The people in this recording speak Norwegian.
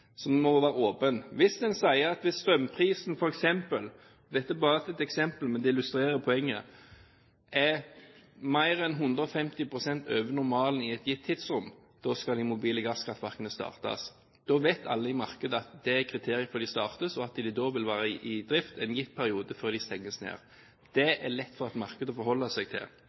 som må være åpen. Hvis en sier at hvis strømprisen f.eks. – dette er bare et eksempel, men det illustrerer poenget – er mer enn 150 pst. over normalen i et tidsrom, skal de mobile gasskraftverkene startes, vet alle i markedet at det er kriteriet for at de startes, og at de da vil være i drift en gitt periode før de stenges ned. Det er lett for et marked å forholde seg til.